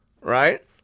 Right